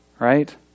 Right